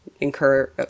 incur